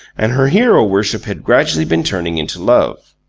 and her hero-worship had gradually been turning into love.